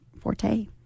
forte